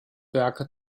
werke